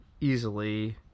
easily